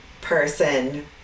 person